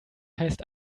heißt